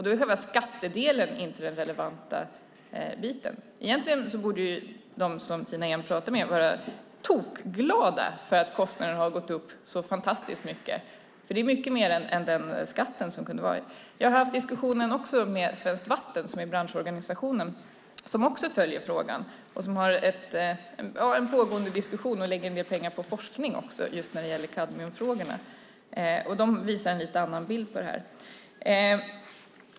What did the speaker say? Då är själva skattedelen inte den relevanta biten. Egentligen borde de som Tina Ehn pratar med vara tokglada för att kostnaden har gått upp så fantastiskt mycket. Det är mycket mer än den skatt som kunde ha funnits. Jag har även fört en diskussion med branschorganisationen Svenskt Vatten, som följer frågan, har en pågående diskussion och också lägger ned pengar på forskning när det gäller kadmiumfrågorna. De ger en lite annan bild av detta.